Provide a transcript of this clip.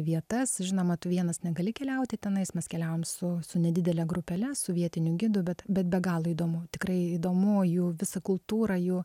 vietas žinoma tu vienas negali keliauti tenais mes keliavom su su nedidele grupele su vietiniu gidu bet bet be galo įdomu tikrai įdomu jų visa kultūra jų